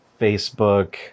facebook